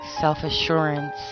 self-assurance